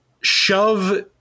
shove